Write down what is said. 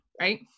Right